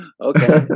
okay